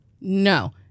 No